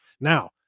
Now